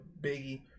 Biggie